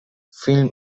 film